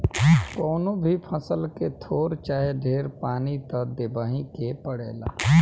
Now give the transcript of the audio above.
कवनो भी फसल के थोर चाहे ढेर पानी त देबही के पड़ेला